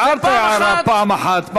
הערת הערה פעם אחת.